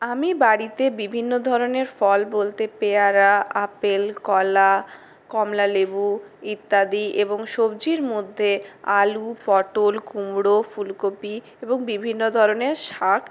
আমি বাড়িতে বিভিন্ন ধরণের ফল বলতে পেয়ারা আপেল কলা কমলালেবু ইত্যাদি এবং সবজির মধ্যে আলু পটল কুমড়ো ফুলকপি এবং বিভিন্ন ধরণের শাক